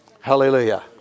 Hallelujah